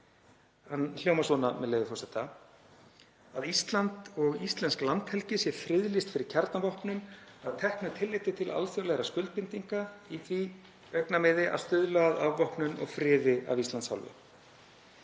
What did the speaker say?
Hann hljómar svona, með leyfi forseta: „Að Ísland og íslensk landhelgi sé friðlýst fyrir kjarnavopnum, að teknu tilliti til alþjóðlegra skuldbindinga, í því augnamiði að stuðla að afvopnun og friði af Íslands hálfu.“